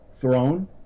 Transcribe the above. throne